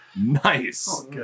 Nice